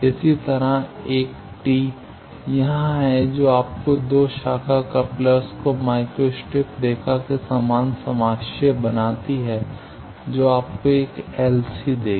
इसी तरह एक T यहां है जो आपको 2 शाखा कप्लर्स को माइक्रो स्ट्रिप रेखा के समान समाक्षीय बनाती है जो आपको एक LC देगी